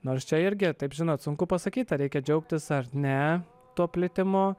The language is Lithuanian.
nors čia irgi taip žinot sunku pasakyt ar reikia džiaugtis ar ne to plitimo